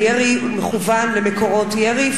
הירי מכוון למקורות ירי,